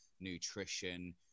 nutrition